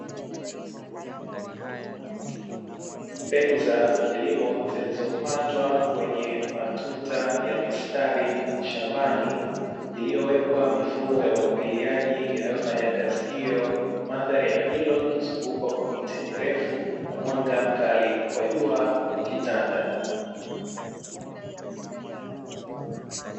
Mbegu za kilimo zilizopandwa kwenye matuta ya mistari shambani, iliyowekwa mifumo ya umwagiliaji inayofanya kazi hiyo, mandhari ya eneo hilo ikizungukwa kwa miti mirefu na mwanga mkali wa jua ukitanda.